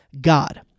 God